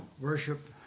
worship